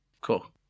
Cool